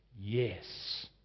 Yes